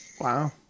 Wow